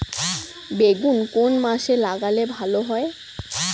বেগুন কোন মাসে লাগালে ভালো হয়?